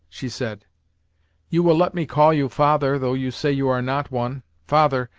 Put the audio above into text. she said you will let me call you father, though you say you are not one father,